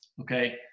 Okay